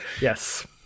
yes